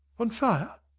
on fire!